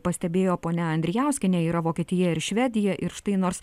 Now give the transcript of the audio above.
pastebėjo ponia andrijauskienė yra vokietija ir švedija ir štai nors